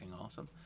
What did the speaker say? awesome